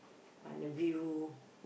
uh the view